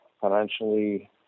financially